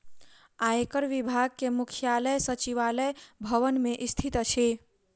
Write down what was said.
आयकर विभाग के मुख्यालय सचिवालय भवन मे स्थित अछि